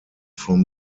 from